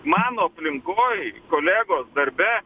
mano aplinkoj kolegos darbe